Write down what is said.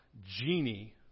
genie